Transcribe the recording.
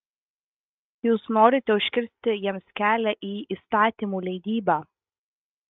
jūs norite užkirsti jiems kelią į įstatymų leidybą